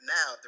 Now